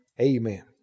amen